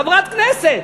חברת כנסת.